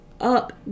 up